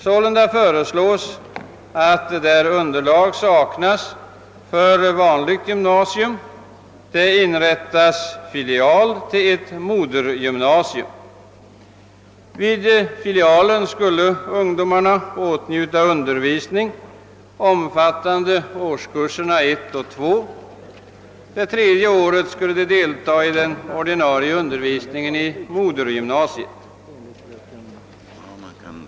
Sålunda föreslås, att på ort där underlag saknas för vanligt gymnasium skall inrättas filial till ett modergymnasium. Vid filialen skulle ungdomarna åtnjuta undervisning, omfattande årskurserna 1 och 2; det tredje året skulle de enligt förslaget deltaga i den ordinarie undervisningen i modergymnasiet.